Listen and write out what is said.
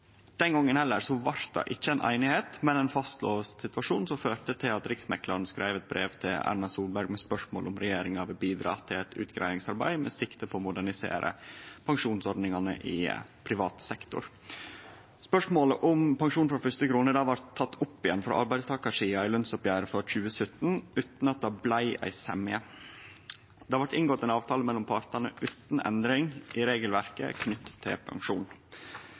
den gongen heller blei det einigheit, men ein fastlåst situasjon, som førte til at Riksmeklaren skreiv eit brev til Erna Solberg med spørsmål om regjeringa ville bidra til eit utgreiingsarbeid med sikte på å modernisere pensjonsordningane i privat sektor. Spørsmålet om pensjon frå første krone blei teke opp igjen frå arbeidstakarsida i lønnsoppgjeret for 2017 utan at det blei einigheit. Det blei inngått ein avtale mellom partane utan endring i regelverket knytt til pensjon.